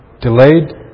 delayed